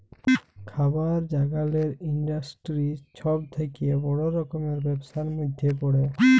খাবার জাগালের ইলডাসটিরি ছব থ্যাকে বড় রকমের ব্যবসার ম্যধে পড়ে